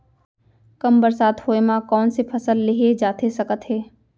कम बरसात होए मा कौन से फसल लेहे जाथे सकत हे?